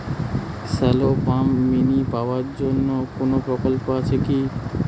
Shallow pump mini পাওয়ার জন্য কোনো প্রকল্প আছে কি?